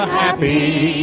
happy